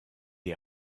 est